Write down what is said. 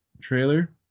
trailer